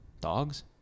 Dogs